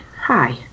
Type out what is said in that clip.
Hi